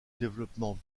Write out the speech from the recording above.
développement